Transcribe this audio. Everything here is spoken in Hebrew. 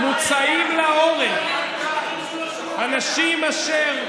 מוצאים להורג אנשים אשר,